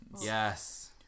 Yes